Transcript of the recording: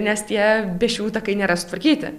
nes tie pėsčiųjų takai nėra sutvarkyti